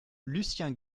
lucien